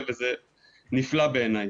וזה נפלא בעיני.